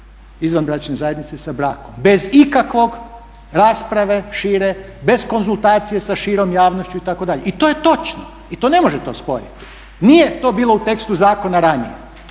izvanbračne zajednice sa brakom bez ikakve rasprave šire, bez konzultacije sa širom javnošću itd.. I to je točno i to ne možete osporiti. Nije to bilo u tekstu zakona ranije.